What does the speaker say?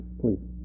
please